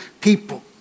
people